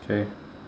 okay